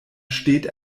steht